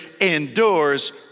endures